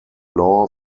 law